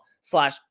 slash